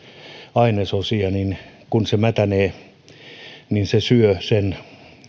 ainesosia kun se mätänee ja se syö sen